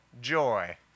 joy